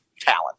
talent